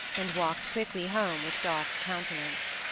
and walked quickly home with dark countenance.